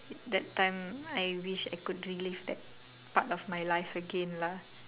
it that time I wish I could relive that part of my life again lah